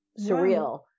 surreal